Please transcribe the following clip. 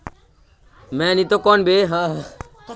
आधा स बेसी गर्मीर मौसम बितवार बादे फूलेर गाछत बिमारी शुरू हैं जाछेक